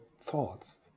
thoughts